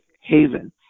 haven